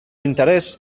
interés